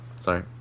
sorry